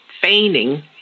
feigning